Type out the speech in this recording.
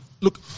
Look